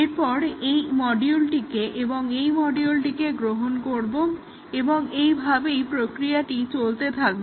এরপর এই মডিউলটিকে এবং এই মডিউলটিকে গ্রহণ করব এবং এই ভাবেই প্রক্রিয়াটি চলতে থাকবে